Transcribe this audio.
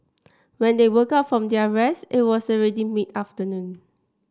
when they woke up from their rest it was already mid afternoon